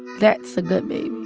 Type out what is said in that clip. that's a good baby